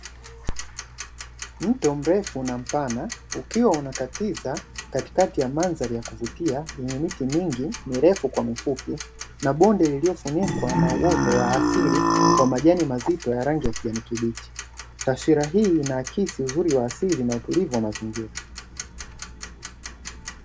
Mto mrefu na mpana, ukiwa unaokatiza katikati ya mandhari ya kuvutia wenye miti mingi mirefu kwa mifupi, na bonde lililofunikwa na uoto wa asili wa majani mazito ya rangi ya kijani kibichi, taswira hii unaakisi uzuri wa asili na utulivu wa mazingira.